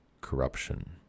corruption